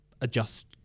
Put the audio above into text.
adjust